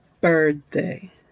birthday